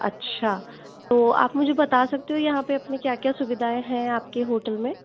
अच्छा तो आप मुझे बता सकते हो यहाँ पे क्या क्या सुविधाएं हैं आपके होटल में